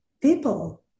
people